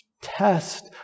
Test